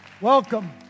Welcome